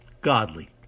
godly